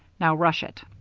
now rush it.